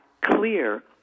clear